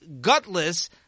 gutless